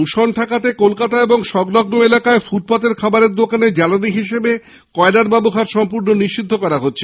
দৃষণ ঠেকাতে কলকাতা ও সংলগ্ন এলাকায় ফুটপাতের খাবারের দোকানে জ্বালানী হিসেবে কয়লার ব্যবহার সম্পূর্ণ নিষিদ্ধ করা হচ্ছে